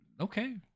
okay